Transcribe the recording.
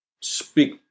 speak